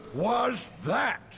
was! that!